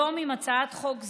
היום, עם הצעת חוק זו,